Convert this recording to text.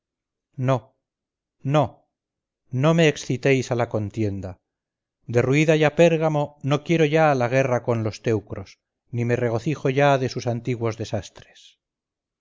no no no me excitéis a la contienda derruida ya pérgamo no quiero ya la guerra con los teucros ni me regocijo ya de sus antiguos desastres